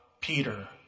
Peter